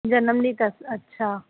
जनम ॾींहु अथसि अच्छा